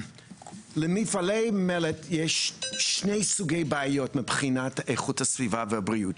למפעלי מלט יש שני סוגי בעיות מבחינת איכות הסביבה והבריאות,